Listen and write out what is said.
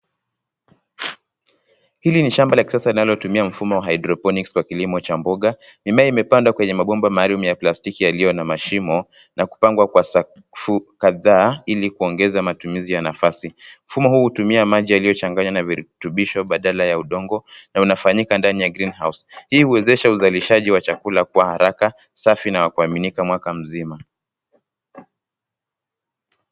Hili ni shamba la kisasa linalotumia hydroponics kwa kilimo cha mboga. Mimea imepandwa kwenye mabomba maalum ya plastiki yaliyo na mashimo na kupangwa kwa safu kadhaa ili kuongeza matumizi ya nafasi. Mfumo huu hutumia maji yaliyochanganywa na virutubisho badala ya udongo na unafanyika ndani ya greenhouse . Hii huwezesha uzalishaji wa chakula kwa haraka, safi na ya kuaminika mwaka mzima.